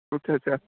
ਅੱਛਾ ਅੱਛਾ